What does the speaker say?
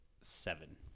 seven